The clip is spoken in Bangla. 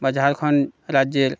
বা ঝাড়খন্ড রাজ্যের